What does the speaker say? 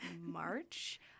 March